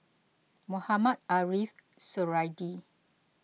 Mohamed Ariff Suradi